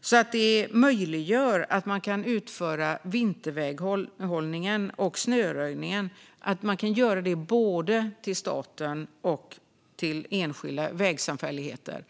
så att man möjliggör att utföra vinterväghållningen och snöröjningen både åt staten och åt enskilda vägsamfälligheter.